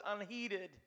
unheeded